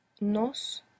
Nos